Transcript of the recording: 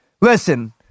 listen